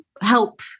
help